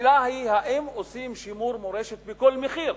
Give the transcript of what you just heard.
השאלה היא אם עושים שימור מורשת בכל מחיר.